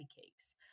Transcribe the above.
cakes